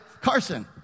Carson